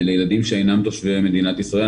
לילדים שאינם תושבי מדינת ישראל.